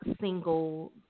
single